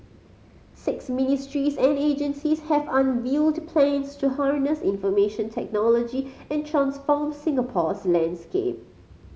six ministries and agencies have unveiled plans to harness information technology and transform Singapore's landscape